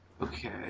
Okay